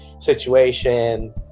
situation